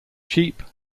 cheap